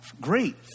great